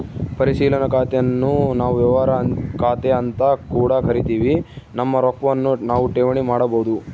ಪರಿಶೀಲನಾ ಖಾತೆನ್ನು ನಾವು ವ್ಯವಹಾರ ಖಾತೆಅಂತ ಕೂಡ ಕರಿತಿವಿ, ನಮ್ಮ ರೊಕ್ವನ್ನು ನಾವು ಠೇವಣಿ ಮಾಡಬೋದು